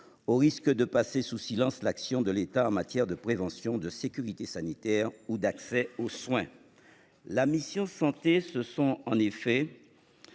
au risque de passer sous silence l’action de l’État en matière de prévention, de sécurité sanitaire ou d’accès aux soins. La mission « Santé » compte trois